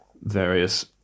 various